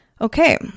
Okay